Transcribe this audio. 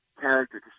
character